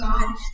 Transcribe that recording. God